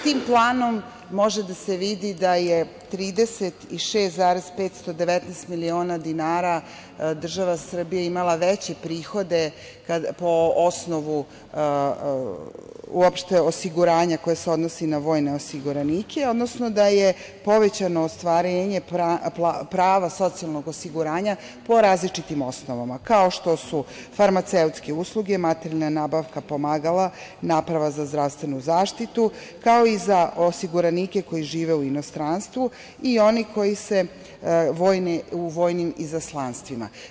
Tim planom može da se vidi da je 36,519 miliona dinara država Srbija imala veće prihode po osnovu uopšte osiguranja koje se odnosi na vojne osiguranike, odnosno da je povećano ostvarenje prava socijalnog osiguranja po različitim osnovama, kao što su: farmaceutske usluge, materijalna nabavka pomagala, naprava za zdravstvenu zaštitu, kao i za osiguranike koji žive u inostranstvu i one koji su u vojnim izaslanstvima.